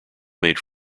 made